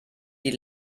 die